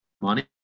money